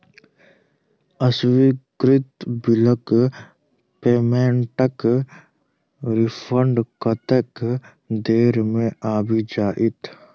अस्वीकृत बिलक पेमेन्टक रिफन्ड कतेक देर मे आबि जाइत?